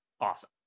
awesome